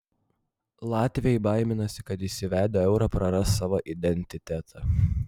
latviai baiminasi kad įsivedę eurą praras savo identitetą